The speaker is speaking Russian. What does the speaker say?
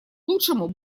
лучшему